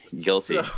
Guilty